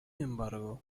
embargo